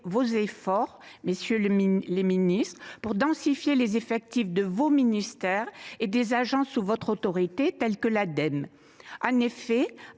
vos efforts, messieurs les ministres, pour densifier les effectifs de vos ministères et des agences qui sont sous votre autorité, telle l’Ademe.